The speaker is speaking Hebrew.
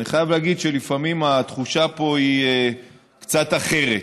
ואני חייב להגיד שלפעמים התחושה פה היא קצת אחרת.